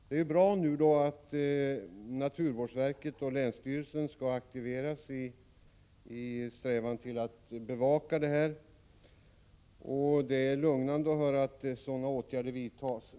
Det är bra att naturvårdsverket och länsstyrelsen skall aktiveras i strävandena att bevaka det här fallet. Det är lugnande att höra att sådana åtgärder vidtas.